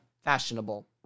fashionable